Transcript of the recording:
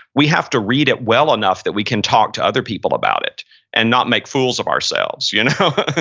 we have to read it well enough that we can talk to other people about it and not make fools of ourselves, you know? ah